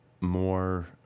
more